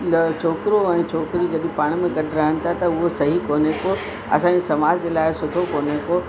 छोकिरो ऐं छोकिरी जॾहिं पाण में कढाराइनि था त उहो सही कोने को असांजे समाज जे लाइ सुठो कोने को